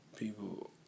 People